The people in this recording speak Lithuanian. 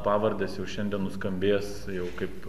pavardės jau šiandien nuskambės jau kaip